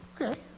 Okay